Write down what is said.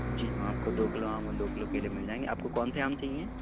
جی ہاں آپ کو دو کلو آم دو کلو کیلے مل جائیں گے آپ کو کون سے آم چاہیے